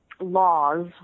laws